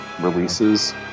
releases